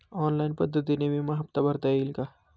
Online पद्धतीने विमा हफ्ता भरता येईल का?